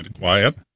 quiet